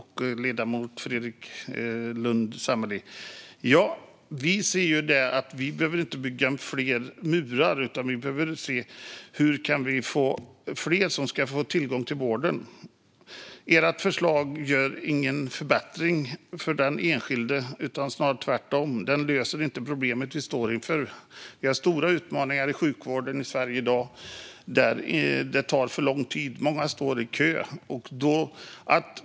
Herr talman! Vi behöver inte bygga fler murar, utan vi behöver se hur fler ska få tillgång till vården. Ert förslag gör ingen förbättring för den enskilde utan snarare tvärtom. Det löser inte problemet vi står inför. Vi har stora utmaningar i sjukvården i Sverige i dag, där det tar för lång tid och många står i kö.